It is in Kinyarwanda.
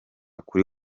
kuri